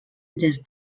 les